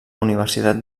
universitat